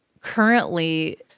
Currently